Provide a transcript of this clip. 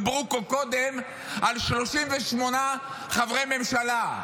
דיברו פה קודם על 38 חברי ממשלה.